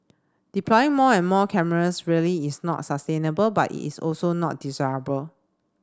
deploying more and more cameras really is not sustainable but it's also not desirable